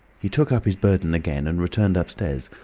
he took up his burden again, and returned upstairs,